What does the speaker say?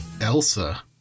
Elsa